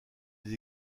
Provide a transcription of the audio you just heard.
des